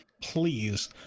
please